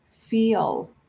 feel